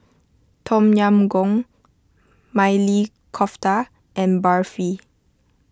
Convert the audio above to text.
Tom Yam Goong Maili Kofta and Barfi